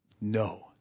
No